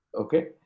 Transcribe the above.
Okay